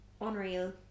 Unreal